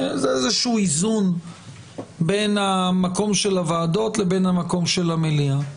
וזה איזשהו איזון בין המקום של הוועדות לבין המקום של המליאה.